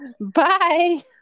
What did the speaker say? Bye